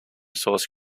source